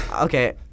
Okay